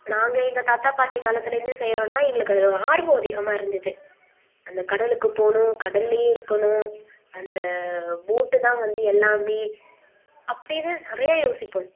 நாங்கள் எங்கள் தாத்தா பாட்டி காலத்துலேருந்தே செய்கிறோன்னா எங்களுக்கு அதில் ஆர்வம் அதிகமாக இருந்தது அந்த கடலுக்கு போகணும் கடல்லேயே இருக்கணும் அந்த போட்டு தான் வந்து எல்லாமே அப்படின்னு நிறையா யோசிப்போம்